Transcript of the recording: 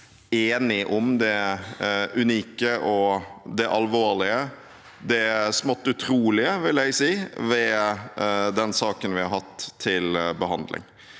enige om det unike og det alvorlige – det smått utrolige, vil jeg si – ved den saken vi har hatt til behandling.